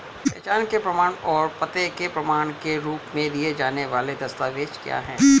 पहचान के प्रमाण और पते के प्रमाण के रूप में दिए जाने वाले दस्तावेज क्या हैं?